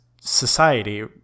society